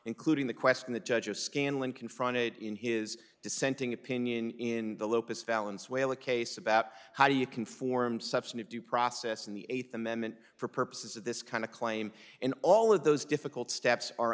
including the question the judge of scanlon confronted in his dissenting opinion in the locus vallance whale a case about how do you conform substantive due process in the eighth amendment for purposes of this kind of claim and all of those difficult steps are